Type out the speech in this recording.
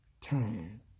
time